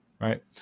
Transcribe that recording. right